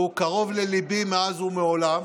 הוא קרוב לליבי מאז ומעולם.